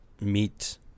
meet